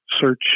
search